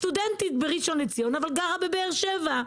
סטודנטית בראשון לציון שגרה בבאר שבע,